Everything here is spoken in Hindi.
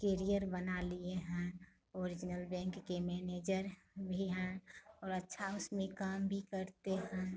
कैरियर बना लिए हैं ओरिजिनल बैंक के मैनेजर भी हैं और अच्छा उसमें काम भी करते हैं